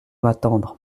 m’attendre